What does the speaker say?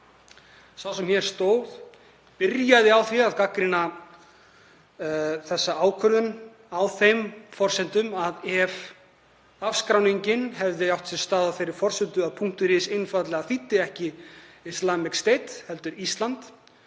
Sá sem hér stóð byrjaði á því að gagnrýna þessa ákvörðun á þeim forsendum að ef afskráningin hefði átt sér stað vegna þess að .is einfaldlega þýddi ekki „islamic state“ heldur Ísland